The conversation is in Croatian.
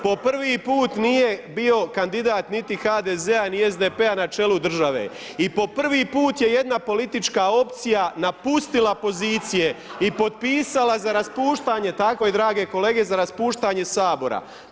Po prvi put nije bio kandidat niti HDZ-a ni SDP-a na čelu države i po prvi put je jedna politička opcija napustila pozicije i potpisala za raspuštanje, tako je drage kolege, za raspuštanje Sabora.